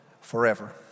forever